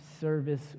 service